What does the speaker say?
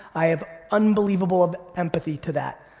i have unbelievable empathy to that.